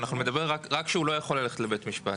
שאנחנו מדברים רק כשהוא לא יכול ללכת לבית משפט.